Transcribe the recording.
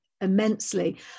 immensely